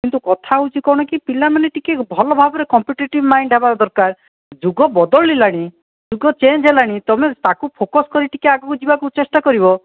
କିନ୍ତୁ କଥା ହେଉଛି କ'ଣ କି ପିଲାମାନେ ଟିକିଏ ଭଲ ଭାବରେ କମ୍ପିଟିଟିଭ ମାଇଣ୍ଡ୍ ହେବା ଦରକାର ଯୁଗ ବଦଳିଲାଣି ଯୁଗ ଚେଞ୍ଜ ହେଲାଣି ତୁମେ ତାକୁ ଫୋକସ୍ କରି ଟିକିଏ ଆଗକୁ ଯିବାକୁ ଚେଷ୍ଟା କରିବ